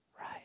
right